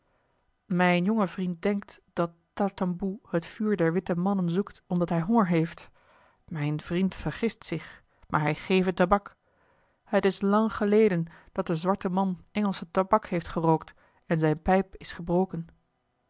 mijn jonge vriend denkt dat tatamboe het vuur der witte mannen zoekt omdat hij honger heeft mijn vriend vergist zich maar hij geve tabak het is lang geleden dat de zwarte man engelsche tabak heeft gerookt en zijne pijp is gebroken